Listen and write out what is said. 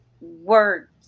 words